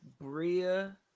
Bria